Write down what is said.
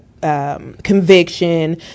Conviction